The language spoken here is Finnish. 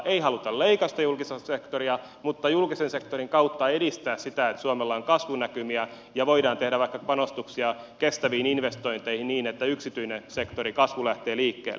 ei haluta leikata julkista sektoria mutta julkisen sektorin kautta edistää sitä että suomella on kasvunäkymiä ja voidaan tehdä vaikka panostuksia kestäviin investointeihin niin että yksityisen sektorin kasvu lähtee liikkeelle